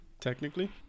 technically